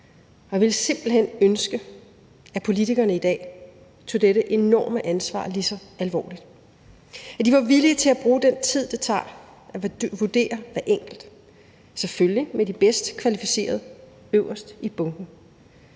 Jeg ville simpelt hen ønske, at politikerne i dag tog dette enorme ansvar lige så alvorligt; at de var villige til at bruge den tid, det tager at vurdere hver enkelt, selvfølgelig med de bedst kvalificerede øverst i bunken.